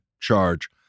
charge